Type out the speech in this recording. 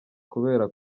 kubera